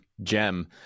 gem